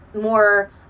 more